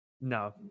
No